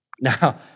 Now